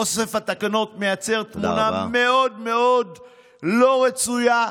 אוסף התקנות מייצר תמונה מאוד מאוד לא רצויה,